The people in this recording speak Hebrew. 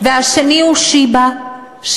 והשני הוא בית-חולים שיבא,